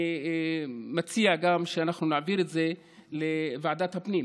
אני מציע גם שאנחנו נעביר את זה לוועדת הפנים,